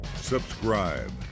subscribe